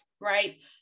right